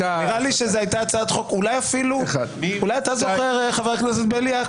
אולי אתה זוכר, חבר הכנסת בליאק?